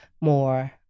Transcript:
more